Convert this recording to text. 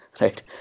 right